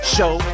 Show